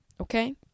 okay